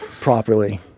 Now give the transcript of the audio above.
properly